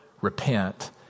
repent